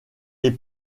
les